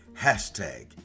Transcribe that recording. hashtag